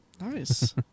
Nice